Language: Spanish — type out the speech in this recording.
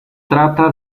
trata